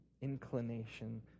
inclination